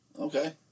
Okay